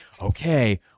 okay